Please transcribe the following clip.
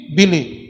believe